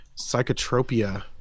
Psychotropia